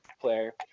player